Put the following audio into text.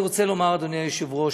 אדוני היושב-ראש,